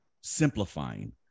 simplifying